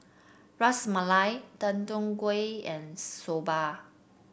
Ras Malai Deodeok Gui and Soba